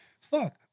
Fuck